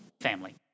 family